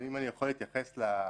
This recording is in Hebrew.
האם אני יכול להתייחס לבקשה